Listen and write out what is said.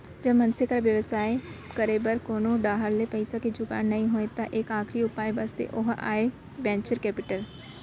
जब मनसे करा बेवसाय करे बर कोनो डाहर ले पइसा के जुगाड़ नइ होय त एक आखरी उपाय बचथे ओहा आय वेंचर कैपिटल